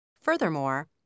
Furthermore